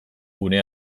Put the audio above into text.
gune